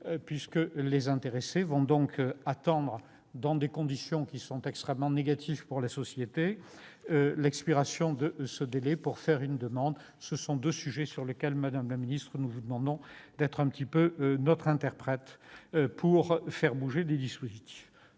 car les intéressés vont attendre, dans des conditions extrêmement négatives pour la société, l'expiration de ce délai pour faire une demande. Ce sont deux sujets sur lesquels, madame la ministre, nous vous demandons de vous faire notre interprète afin que les dispositifs